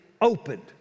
opened